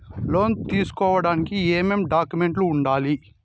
లోను తీసుకోడానికి ఏమేమి డాక్యుమెంట్లు ఉండాలి